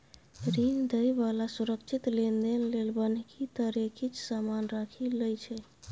ऋण दइ बला सुरक्षित लेनदेन लेल बन्हकी तरे किछ समान राखि लइ छै